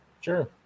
Sure